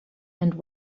and